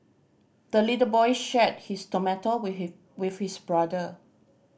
the little boy shared his tomato with his with his brother